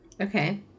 okay